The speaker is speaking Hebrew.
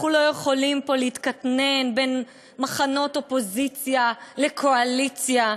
אנחנו לא יכולים פה להתקטנן בין מחנות אופוזיציה לקואליציה.